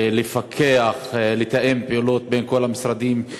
לפקח ולתאם פעולות בין כל המשרדים,